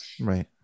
Right